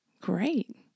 great